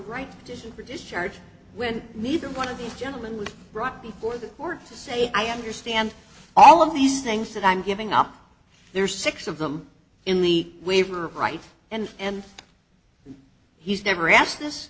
right decision for discharge when neither one of these gentlemen was brought before the court to say i understand all of these things that i'm giving up there are six of them in the waiver right and and he's never asked